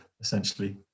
essentially